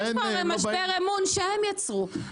יש פה משבר אמון שהם יצרו.